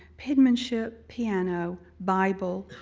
penmanship, piano, bible,